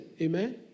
Amen